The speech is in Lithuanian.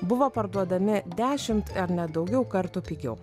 buvo parduodami dešimt ar net daugiau kartų pigiau